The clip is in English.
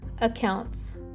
accounts